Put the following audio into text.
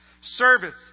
Service